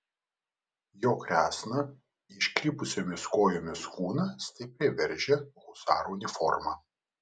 jo kresną iškrypusiomis kojomis kūną stipriai veržia husaro uniforma